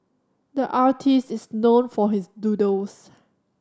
the artist is known for his doodles